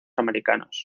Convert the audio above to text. americanos